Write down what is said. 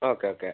okay okay